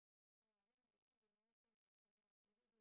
!wah! then they eat they never share with the children ah